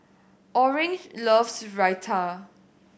Orange loves Raita